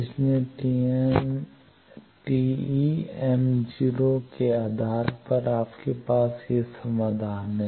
इसलिए TEm 0 के आधार पर आपके पास ये समाधान हैं